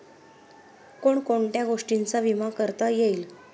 कोण कोणत्या गोष्टींचा विमा करता येईल?